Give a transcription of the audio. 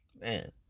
man